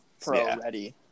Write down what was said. pro-ready